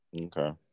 Okay